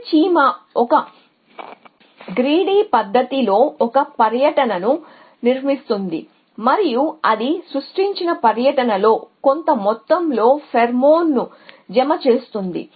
ప్రతి చీమ ఒక గ్రేడి పద్ధతిలో ఒక పర్యటనను నిర్మిస్తుంది మరియు అది సృష్టించిన పర్యటనలో కొంత మొత్తంలో ఫెరోమోన్ను జమ చేస్తుంది